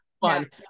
fun